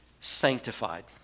sanctified